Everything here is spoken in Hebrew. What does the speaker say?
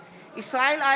(קוראת בשמות חברי הכנסת) ישראל אייכלר,